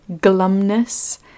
glumness